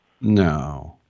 No